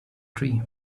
tree